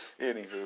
Anywho